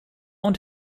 und